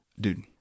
dude